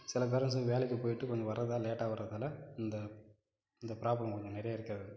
சில பேரெண்ட்ஸ்ஸு வேலைக்கு போயிட்டு கொஞ்சம் வர்றதாலே லேட்டாக வர்றதாலே இந்த இந்த ப்ராப்ளம் கொஞ்சம் நிறையா இருக்கிறது